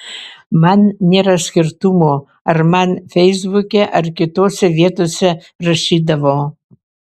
man nėra skirtumo ar man feisbuke ar kitose vietose rašydavo